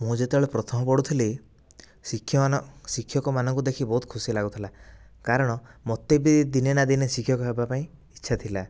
ମୁଁ ଯେତେବେଳେ ପ୍ରଥମ ପଢ଼ୁଥିଲି ଶିକ୍ଷକ ଶିକ୍ଷକମାନଙ୍କୁ ଦେଖିକି ବହୁତ ଖୁସି ଲାଗୁଥିଲା କାରଣ ମୋତେ ବି ଦିନେ ନା ଦିନେ ଶିକ୍ଷକ ହେବ ପାଇଁ ଇଚ୍ଛା ଥିଲା